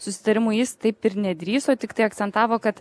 susitarimui jis taip ir nedrįso tiktai akcentavo kad